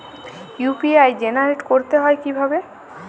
UPI generate করতে হয় কিভাবে?